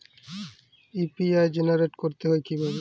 UPI generate করতে হয় কিভাবে?